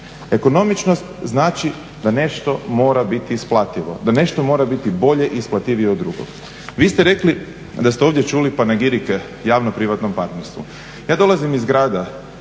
Ekonomičnost znači da nešto mora biti isplativo, da nešto mora biti bolje i isplativije od drugog. Vi ste rekli da ste ovdje čuli panegirike javno-privatnom partnerstvu. Ja dolazim iz grada